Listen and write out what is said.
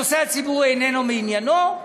הנושא הציבורי איננו מעניינו,